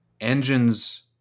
engines